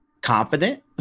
confident